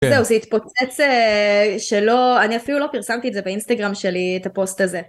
זהו, זה התפוצץ... שלא, אני אפילו לא פרסמתי את זה באינסטגרם שלי את הפוסט הזה.